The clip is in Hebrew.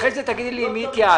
אחר כך תגידי לי עם מי התייעצת.